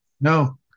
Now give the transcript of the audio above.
no